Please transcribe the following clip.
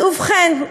ובכן,